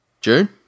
June